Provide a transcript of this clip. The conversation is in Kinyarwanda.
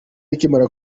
ikimara